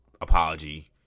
apology